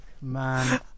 Man